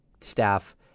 staff